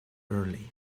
early